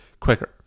quicker